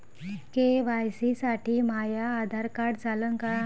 KYC साठी माह्य Aadhaar card चालन का?